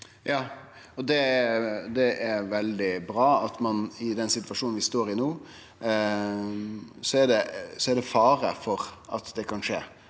Ja, og det er veldig bra. I den situasjonen vi står i no, er det fare for at det kan skje,